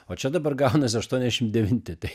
o čia dabar gaunasi aštuoniasdešim devinti tai